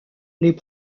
les